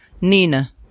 Nina